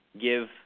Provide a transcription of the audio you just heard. give